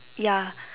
ya